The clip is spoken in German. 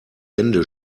wände